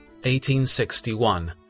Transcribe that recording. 1861